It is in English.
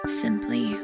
simply